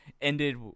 ended